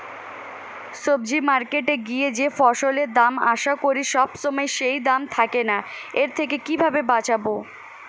সবজি মার্কেটে গিয়ে যেই ফসলের দাম আশা করি সবসময় সেই দাম থাকে না এর থেকে কিভাবে বাঁচাবো?